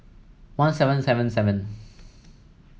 one seven seven seven